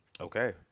okay